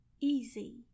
easy